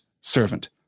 servant